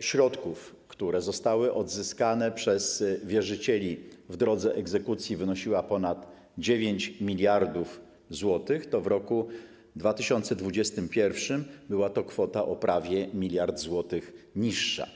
środków, które zostały odzyskane przez wierzycieli w drodze egzekucji, wynosiła ponad 9 mld zł, to w roku 2021 r. była to kwota o prawie miliard złotych niższa.